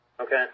Okay